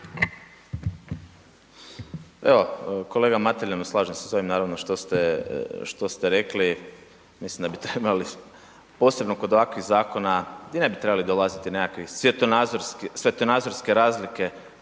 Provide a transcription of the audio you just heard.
Evo, kolega Mateljanu slažem se s ovim naravno što ste, što ste rekli mislim da bi trebali posebno kod ovakvih zakona, gdje ne bi trebali dolaziti neki svjetonazorski,